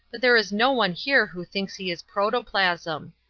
but there is no one here who thinks he is protoplasm.